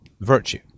virtue